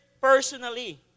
personally